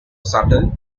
subtle